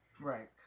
right